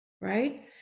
Right